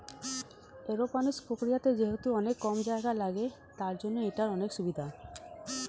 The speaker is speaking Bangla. এরওপনিক্স প্রক্রিয়াতে যেহেতু অনেক কম জায়গা লাগে, তার জন্য এটার অনেক সুভিধা